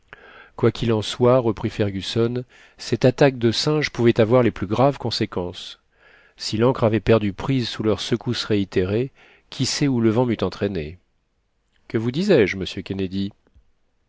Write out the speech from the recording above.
quoi qu'il en soit reprit fergusson cette attaqué de singes pouvait avoir les plus graves conséquences si l'ancre avait perdu prise sous leurs secousses réitérées qui sait où le vent m'eût entraîné que vous disais-je monsieur kennedy